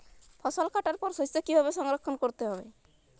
ফসল কাটার পর শস্য কীভাবে সংরক্ষণ করতে হবে?